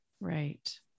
Right